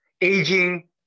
aging